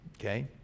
okay